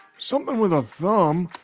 something with a thumb um